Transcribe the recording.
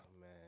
Man